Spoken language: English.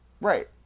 Right